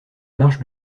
marches